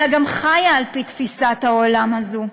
אלא גם חיה על-פי תפיסת העולם הזו.